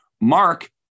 Mark